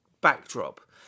backdrop